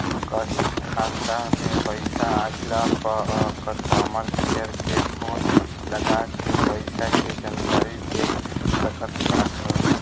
कहीं खाता में पईसा आइला पअ कस्टमर केयर के फोन लगा के पईसा के जानकारी देख सकत बाटअ